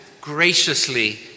graciously